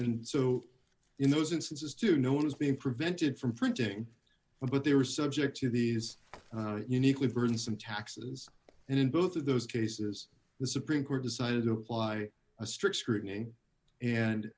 and so in those instances to know what was being prevented from printing what they were subject to these uniquely burdensome taxes and in both of those cases the supreme court decided to apply a strict scrutiny and